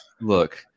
look